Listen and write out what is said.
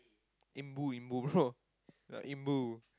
Imbu Imbu bro ya Imbu